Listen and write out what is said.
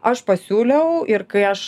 aš pasiūliau ir kai aš